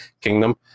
Kingdom